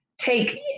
take